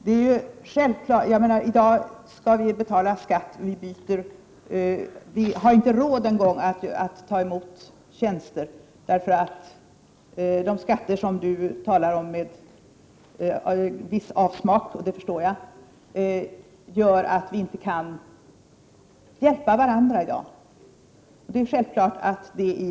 I dag skall vi betala skatt, och vi har inte ens råd att ta emot tjänster, eftersom de skatter som Sonja Rembo talar om med viss avsmak — och det förstår jag — gör att vi i dag inte kan hjälpa varandra.